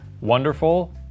Wonderful